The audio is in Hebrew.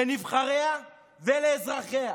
לנבחריה ולאזרחיה,